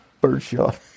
birdshot